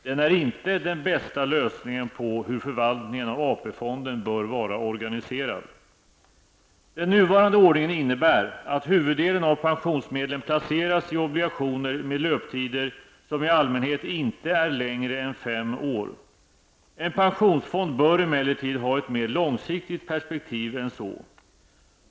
Den är inte den bästa lösningen på hur förvaltningen av AP-fonden bör vara organiserad. Den nuvarande ordningen innebär att huvuddelen av pensionsmedlen placeras i obligationer med löptider, som i allmänhet inte är längre än fem år. En pensionsfond bör emellertid ha ett mer långsiktigt perspektiv än så.